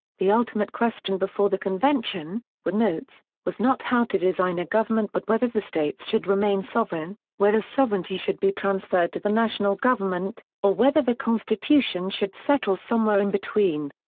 the ultimate question before the convention, wood notes, was not how to design a government but whether the states should remain sovereign, whether sovereignty should be transferred to the national government, or whether the constitution should settle somewhere in between.